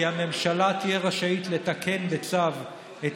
כי הממשלה תהיה רשאית לתקן בצו את